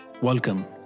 Welcome